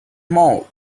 more